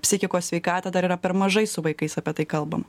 psichikos sveikatą dar yra per mažai su vaikais apie tai kalbama